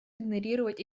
игнорировать